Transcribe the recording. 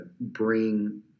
bring